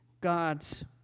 God's